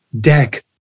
deck